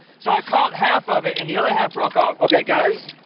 so, i caught half of it and the other half broke off. okay, guys.